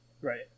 Right